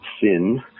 sin